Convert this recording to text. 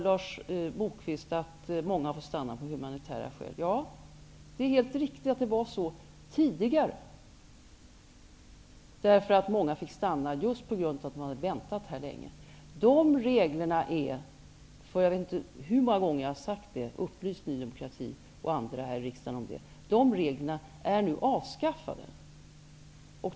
Lars Moquist sade att många får stanna av hu manitära skäl. Ja, det är helt riktigt att det var så tidigare. Många fick stanna just på grund av att de hade väntat här länge. De reglerna är nu avskaf fade, och jag vet inte hur många gånger jag har upplyst Ny demokrati och andra här i riksdagen om det.